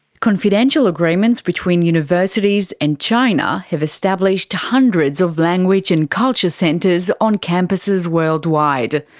confidential agreements between universities and china have established hundreds of language and culture centres on campuses worldwide.